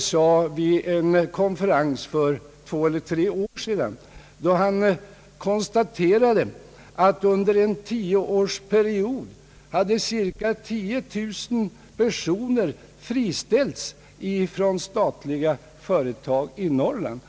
sade vid en konferens för två eller tre år sedan, då han konstaterade att under en tioårsperiod hade cirka 10 000 personer friställts från statliga företag i Norrland.